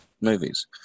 movies